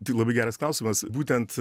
tai labai geras klausimas būtent